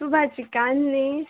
तूं भाजीकान्न न्हय